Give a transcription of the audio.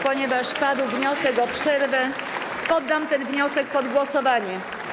Ponieważ padł wniosek o przerwę, poddam ten wniosek pod głosowanie.